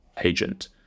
agent